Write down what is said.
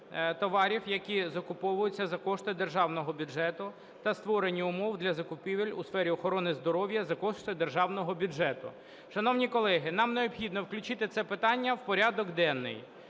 товарів, які закуповуються за кошти державного бюджету, та створення умов для закупівель у сфері охорони здоров'я за кошти державного бюджету. Шановні колеги, нам необхідно включити це питання в порядок денний,